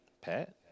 Pat